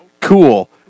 cool